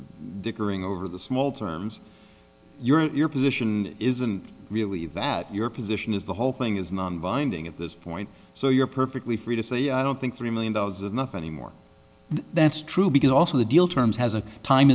dickering over the small terms your position isn't really that your position is the whole thing is nonbinding at this point so you're perfectly free to say i don't think three million dollars enough anymore that's true because also the deal terms has a time